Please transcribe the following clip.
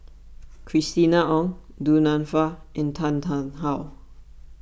Christina Ong Du Nanfa and Tan Tarn How